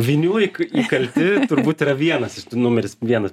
vinių įk įkalti turbūt yra vienas numeris vienas